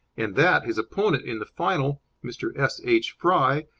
and that his opponent in the final, mr. s. h. fry,